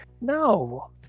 no